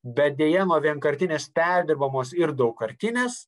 bet deja nuo vienkartinės perdirbamos ir daugkartinės